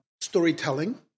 storytelling